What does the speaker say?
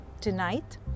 tonight